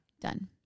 Done